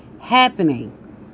happening